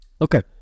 okay